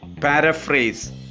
paraphrase